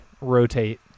rotate